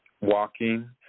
walking